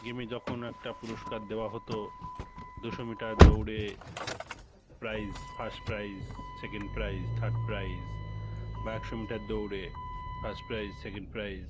গেমে যখন একটা পুরস্কার দেওয়া হতো দুশো মিটার দৌড়ে prize first prize second prize third prize বা একশো মিটার দৌড়ে ফার্স্ট প্রাইস সেকেন্ড প্রাইস